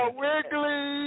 wiggly